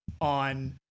on